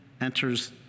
enters